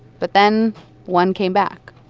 but then one came back.